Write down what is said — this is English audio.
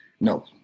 No